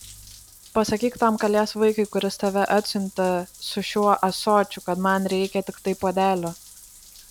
pasakyk tam kalės vaikui kuris tave atsiuntė su šiuo ąsočiu kad man reikia tiktai puodelio